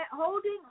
Holding